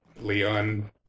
Leon